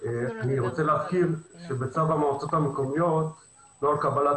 אני רוצה להזכיר שבצו המועצות המקומיות נוהל קבלת